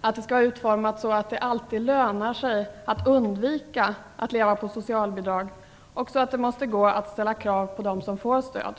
att det skall vara utformat så att det alltid lönar sig att undvika att leva på socialbidrag och så att det måste gå att ställa krav på dem som får stöd.